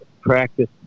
practice